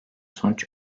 sonuç